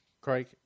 Craig